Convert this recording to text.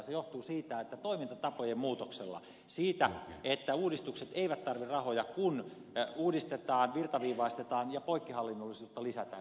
se johtuu toimintatapojen muutoksesta siitä että uudistukset eivät tarvitse rahoja kun uudistetaan virtaviivaistetaan ja poikkihallinnollisuutta lisätään